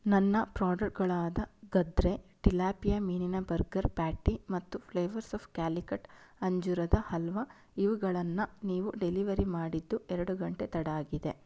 ನನ್ನ ಪ್ರಾಡಕ್ಟ್ಗಳಾದ ಗದ್ರೆ ಟಿಲಾಪಿಯ ಮೀನಿನ ಬರ್ಗರ್ ಪ್ಯಾಟ್ಟಿ ಮತ್ತು ಫ್ಲೇವರ್ಸ್ ಆಫ್ ಕ್ಯಾಲಿಕಟ್ ಅಂಜೂರದ ಹಲ್ವಾ ಇವುಗಳನ್ನು ನೀವು ಡೆಲಿವರಿ ಮಾಡಿದ್ದು ಎರಡು ಗಂಟೆ ತಡ ಆಗಿದೆ